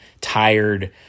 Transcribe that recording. tired